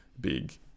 big